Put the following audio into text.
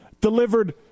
delivered